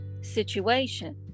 situation